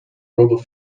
rubble